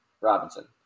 Robinson